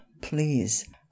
please